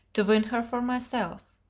to win her for myself.